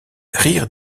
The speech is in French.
rire